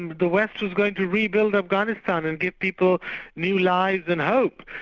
and the west was going to rebuild afghanistan and give people new lives and hope,